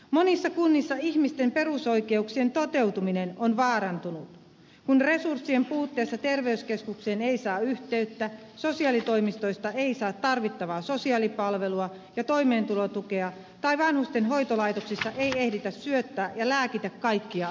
monissa kunnissa ihmisten perusoikeuksien toteutuminen on vaarantunut kun resurssien puutteessa terveyskeskukseen ei saa yhteyttä sosiaalitoimistoista ei saa tarvittavaa sosiaalipalvelua ja toimeentulotukea tai vanhusten hoitolaitoksissa ei ehditä syöttää ja lääkitä kaikkia asiakkaita ja asukkaita